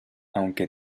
aunque